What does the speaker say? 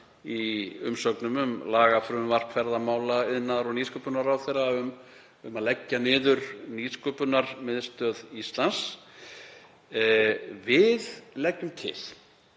í umsögnum um lagafrumvarp ferðamála-, iðnaðar- og nýsköpunarráðherra um að leggja niður Nýsköpunarmiðstöð Íslands. Við leggjum til